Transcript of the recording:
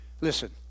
Listen